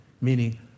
meaning